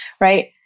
right